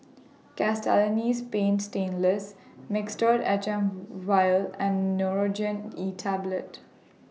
Castellani's Paint Stainless Mixtard H M Vial and Nurogen E Tablet